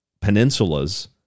peninsulas